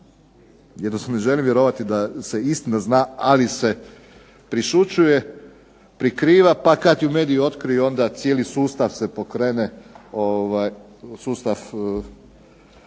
Jednostavno želim vjerovati da se istina zna, ali se prešućuje, prikriva, pa kad ju mediji otkriju onda cijeli sustav se pokrene, sustav